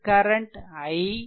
இந்த current i